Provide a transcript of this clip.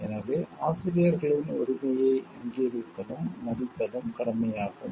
எனவே ஆசிரியர்களின் உரிமையை அங்கீகரிப்பதும் மதிப்பதும் கடமையாகும்